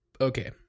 okay